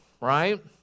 right